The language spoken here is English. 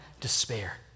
despair